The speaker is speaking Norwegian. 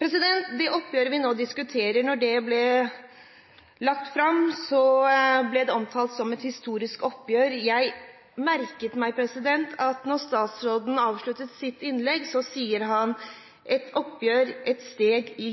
Det oppgjøret vi nå diskuterer, ble, da det ble lagt fram, omtalt som et historisk oppgjør. Jeg merket meg at statsråden avsluttet sitt innlegg med å si at oppgjøret er et steg i